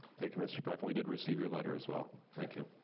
thank you, mr. pfeif. we did receive your letter as well. thank you.